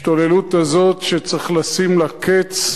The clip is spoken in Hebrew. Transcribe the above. ההשתוללות הזאת, שצריך לשים לה קץ,